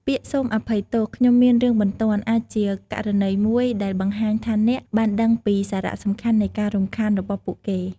ពាក្យ "សូមអភ័យទោស ខ្ញុំមានរឿងបន្ទាន់" អាចជាករណីមួយដែលបង្ហាញថាអ្នក បានដឹងពីសារៈសំខាន់នៃការរំខាន របស់ពួកគេ។